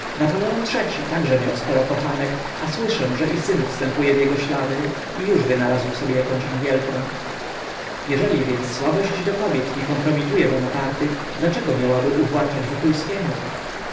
europą napoleon iii także miał sporo kochanek a słyszę że i syn wstępuje w jego ślady i już wynalazł sobie jakąś angielkę jeżeli więc słabość do kobiet nie kompromituje bonapartych dlaczego miałaby uwłaczać